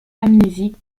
amnésique